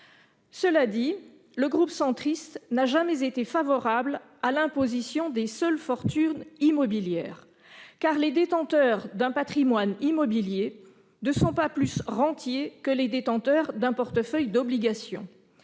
Cela dit, le groupe Union Centriste n'a jamais été favorable à l'imposition des seules fortunes immobilières, car les détenteurs d'un patrimoine immobilier ne sont pas plus rentiers que les détenteurs d'un portefeuille d'obligations.